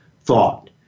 thought